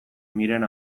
miren